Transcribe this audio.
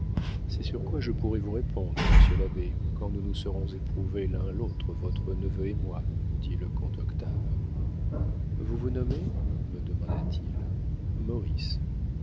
c'est sur quoi je pourrai vous répondre monsieur l'abbé quand nous nous serons éprouvés l'un l'autre votre neveu et moi dit le comte octave vous vous nommez me demanda-t-il maurice